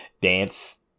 Dance